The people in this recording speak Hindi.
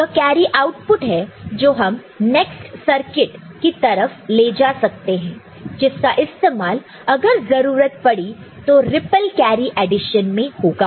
यह कैरी आउटपुट है जो हम नेक्स्ट सर्किट की तरफ ले जा सकते हैं जिसका इस्तेमाल अगर जरूरत पड़ी तो रिप्पल कैरी एडिशन में होगा